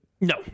No